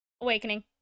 Awakening